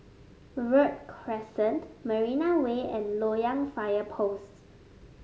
Verde Crescent Marina Way and Loyang Fire Post